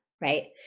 right